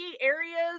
areas